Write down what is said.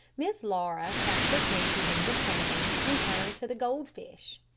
miss laura set their cages in the sun, and turned to the goldfish.